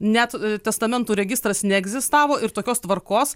net testamentų registras neegzistavo ir tokios tvarkos